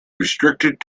restricted